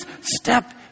step